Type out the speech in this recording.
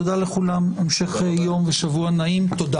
תודה רבה, הישיבה נעולה.